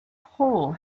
hole